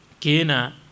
Kena